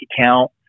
account